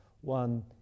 one